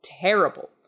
terrible